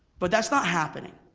but that's not happening,